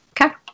Okay